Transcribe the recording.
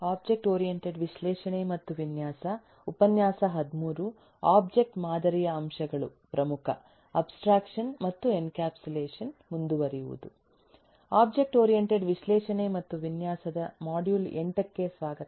object ಮಾದರಿಯ ಅಂಶಗಳು ಪ್ರಮುಖ ಅಬ್ಸ್ಟ್ರಾಕ್ಷನ್ ಮತ್ತು ಎನ್ಕ್ಯಾಪ್ಸುಲೇಷನ್ ಮುಂದುವರಿಯುವುದು ಒಬ್ಜೆಕ್ಟ್ ಓರಿಯಂಟೆಡ್ ವಿಶ್ಲೇಷಣೆ ಮತ್ತು ವಿನ್ಯಾಸದ ಮಾಡ್ಯೂಲ್ 8 ಗೆ ಸ್ವಾಗತ